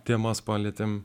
temas palietėme